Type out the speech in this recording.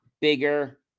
bigger